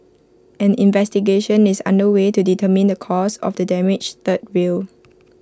an investigation is under way to determine the cause of the damaged third rail